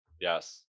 Yes